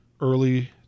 early